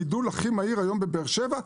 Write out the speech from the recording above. הגידול המהיר ביותר הוא בבאר שבע.